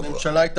הלאה.